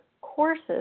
courses